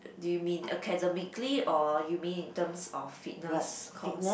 do you mean academically or you mean in terms of fitness course